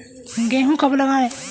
गेहूँ कब लगाएँ?